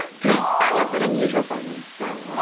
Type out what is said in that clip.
three. that wasn't unusual for me, so one.